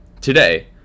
Today